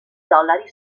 dollari